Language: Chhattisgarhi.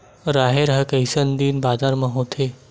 राहेर ह कइसन दिन बादर म होथे?